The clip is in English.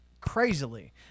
crazily